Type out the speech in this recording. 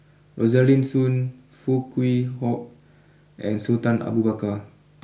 Rosaline Soon Foo Kwee Horng and Sultan Abu Bakar